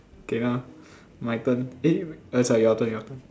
okay lah my turn eh err sorry your turn your turn